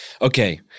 Okay